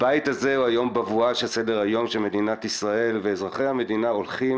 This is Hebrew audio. הבית הזה הוא בבואה של מדינת ישראל ושל אזרחי המדינה שהולכים